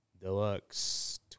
deluxe